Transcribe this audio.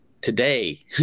today